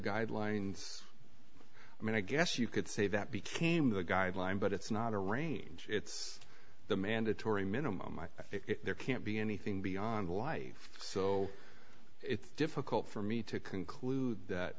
guidelines i mean i guess you could say that became the guideline but it's not a range it's the mandatory minimum there can't be anything beyond life so it's difficult for me to conclude